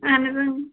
اَہَن حظ